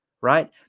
right